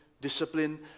discipline